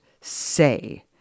say